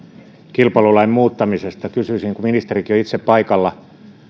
kilpailulain muuttamisesta kysyisin kun ministerikin on itse paikalla